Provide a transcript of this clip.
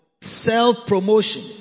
self-promotion